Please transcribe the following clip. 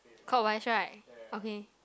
clockwise right okay